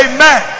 Amen